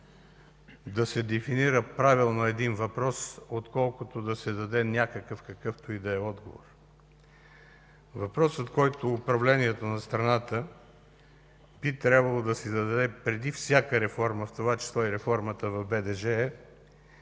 да се дефинира правилно един въпрос, отколкото да се даде някакъв, какъвто и да е отговор. Въпросът, който управлението на страната би трябвало да си зададе преди всяка реформа, в това число и реформата в БДЖ,